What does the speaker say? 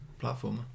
platformer